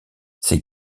ces